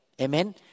Amen